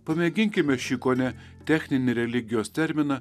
pamėginkime šį kone techninį religijos terminą